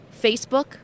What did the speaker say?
Facebook